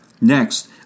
Next